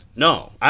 No